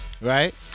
right